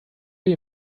you